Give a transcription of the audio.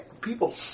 people